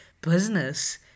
business